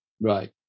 right